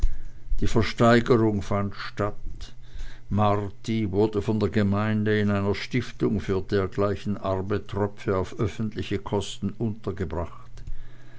die versteigerung fand statt marti wurde von der gemeinde in einer stiftung für dergleichen arme tröpfe auf öffentliche kosten untergebracht